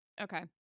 Okay